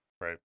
Right